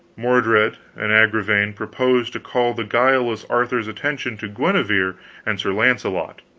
mordred and agravaine propose to call the guileless arthur's attention to guenever and sir launcelot.